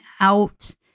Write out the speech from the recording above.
out